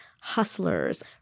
hustlers